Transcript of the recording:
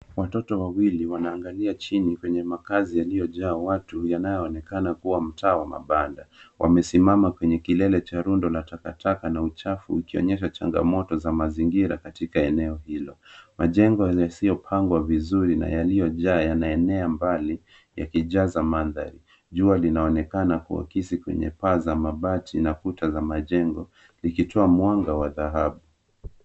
Watoto wawili wanaangalia chini kwenye makazi yaliyojaa watu, yanayoonekana kuwa mtaa wa mabanda. Wamesimama kwenye kilele cha rundo la takataka na uchafu ukionyesha changamoto za mazingira katika eneo hilo. Majengo yasiyopangwa vizuri na yaliyojaa yanaenea mbali yakijaza mandhari. Jua linaonekana kuakisi kwenye paa za mabati na kuta za majengo likitoa mwanga wa dhahabu.